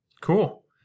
Cool